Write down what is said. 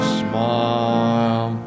smile